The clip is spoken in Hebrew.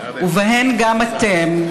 ובהן גם אתם.